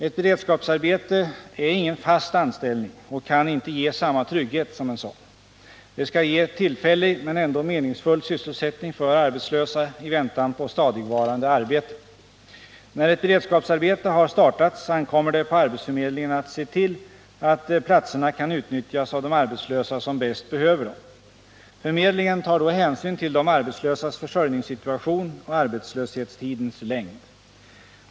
Ett beredskapsarbete är ingen fast anställning och kan inte ge samma trygghet som en sådan. Det skall ge tillfällig men ändå meningsfull sysselsättning för arbetslösa i väntan på stadigvarande arbete. När ett beredskapsarbete har startats ankommer det på arbetsförmedlingen att se till att platserna kan utnyttjas av de arbetslösa som bäst behöver dem. Förmedlingen tar då hänsyn till de arbetslösas försörjningssituation och arbetslöshetstidens längd.